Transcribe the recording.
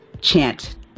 chant